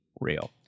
real